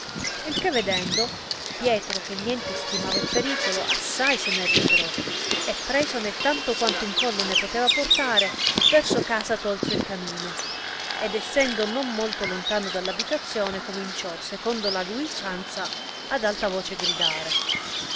il che vedendo pietro che niente stimava il pericolo assai se ne allegrò e presone tanto quanto in collo ne poteva portare verso casa tolse il camino ed essendo non molto lontano dall abitazione cominciò secondo la lui usanza ad alta voce gridare